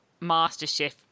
MasterChef